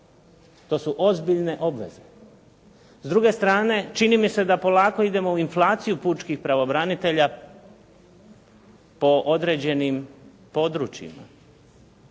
To su ozbiljne obveze. S druge strane, čini mi se da polako idemo u inflaciju pučkih pravobranitelja po određenim područjima.